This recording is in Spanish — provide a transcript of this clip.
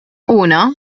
uno